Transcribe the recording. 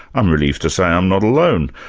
i'm relieved to say i'm not alone.